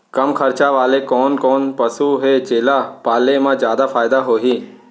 कम खरचा वाले कोन कोन पसु हे जेला पाले म जादा फायदा होही?